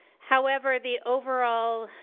however, the overall